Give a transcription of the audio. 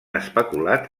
especulat